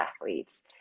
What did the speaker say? athletes